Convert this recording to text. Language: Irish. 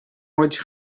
muid